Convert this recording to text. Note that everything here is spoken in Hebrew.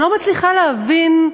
אני לא מצליחה להבין,